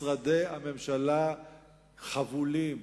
משרדי הממשלה חבולים,